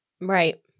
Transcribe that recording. Right